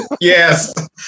Yes